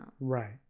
Right